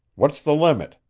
what's the limit?